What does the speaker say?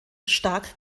stark